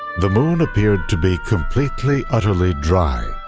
the moon appeared to be completely, utterly, dry,